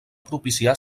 propiciar